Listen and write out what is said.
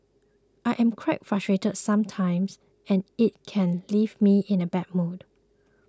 I am quite frustrated sometimes and it can leave me in a bad mood